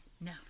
No